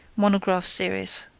monograph series.